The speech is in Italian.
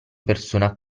persona